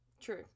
True